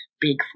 big